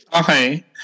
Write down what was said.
Okay